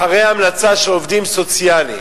אחרי המלצה של עובדים סוציאליים,